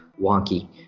wonky